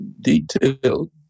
detailed